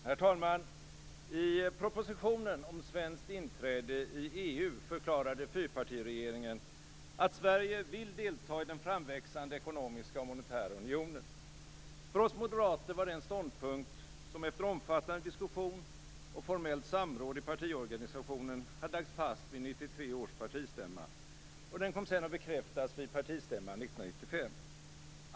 Herr talman! I propositionen om svenskt inträde i EU förklarade fyrpartiregeringen att Sverige vill delta i den framväxande ekonomiska och monetära unionen. För oss moderater var det en ståndpunkt som efter omfattande diskussion och formellt samråd i partiorganisationen hade lagts fast vid 1993 års partistämma. Den kom sedan att bekräftas vid partistämman 1995.